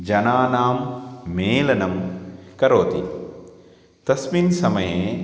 जनानां मेलनं करोति तस्मिन् समये